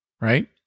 right